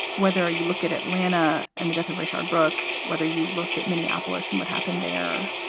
whether you look at atlanta and the death of rashad brooks, whether you look at minneapolis and what happened there.